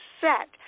set